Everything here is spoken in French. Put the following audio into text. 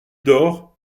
dort